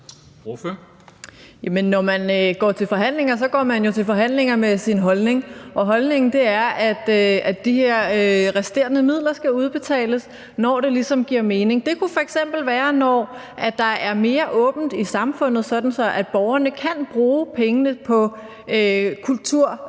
Når man går til forhandlinger, går man jo til forhandlinger med sin holdning. Og holdningen er, at de her resterende midler skal udbetales, når det ligesom giver mening. Det kunne f.eks. være, når der er mere åbent i samfundet, sådan at borgerne kan bruge pengene på f.eks.